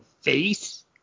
face